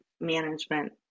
management